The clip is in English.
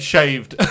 Shaved